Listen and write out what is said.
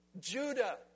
Judah